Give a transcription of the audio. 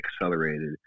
accelerated